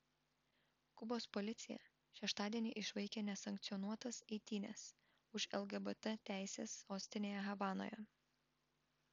kubos policija šeštadienį išvaikė nesankcionuotas eitynes už lgbt teises sostinėje havanoje